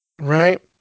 Right